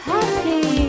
Happy